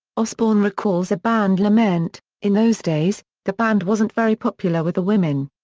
osbourne recalls a band lament, in those days, the band wasn't very popular with the women.